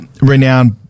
renowned